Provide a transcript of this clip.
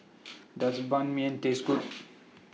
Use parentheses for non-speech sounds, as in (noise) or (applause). (noise) Does Ban Mian Taste Good